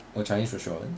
a chinese restaurant